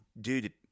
dude